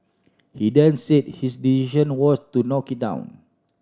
he then said his decision was to knock it down